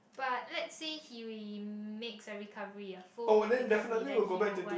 but let say he makes a recovery a full recovery then he would want